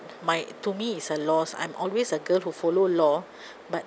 my to me it's a loss I'm always a girl who follow law but